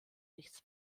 nichts